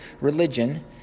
religion